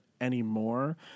anymore